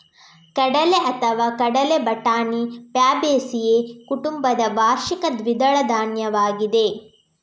ಕಡಲೆಅಥವಾ ಕಡಲೆ ಬಟಾಣಿ ಫ್ಯಾಬೇಸಿಯೇ ಕುಟುಂಬದ ವಾರ್ಷಿಕ ದ್ವಿದಳ ಧಾನ್ಯವಾಗಿದೆ